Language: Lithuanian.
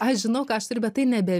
aš žinau ką aš turiu bet tai nebe